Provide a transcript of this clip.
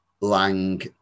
Lang